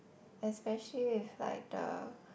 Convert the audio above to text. especially if like the